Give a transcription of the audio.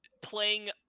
playing